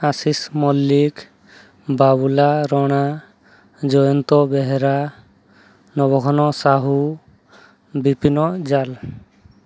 Ashish Mallick Babula Rana Jayanta Behera Nabaghan Sahu Bipin Jal